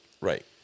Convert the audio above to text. Right